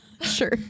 Sure